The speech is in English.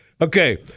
Okay